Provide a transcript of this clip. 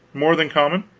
more than common?